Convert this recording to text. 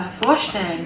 vorstellen